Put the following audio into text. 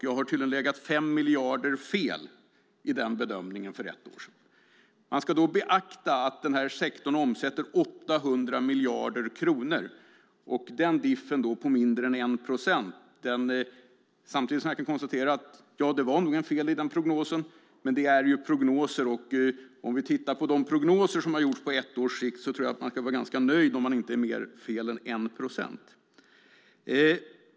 Jag har tydligen legat 5 miljarder fel i den bedömningen för ett år sedan. Man ska då beakta att den här sektorn omsätter 800 miljarder kronor, så differensen är mindre än 1 procent. Jag kan konstatera att det nog var fel på prognosen, men om man jämför med andra prognoser som har gjorts på ett års sikt kan man nog ändå vara ganska nöjd om man inte har mer fel än 1 procent.